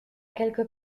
quelques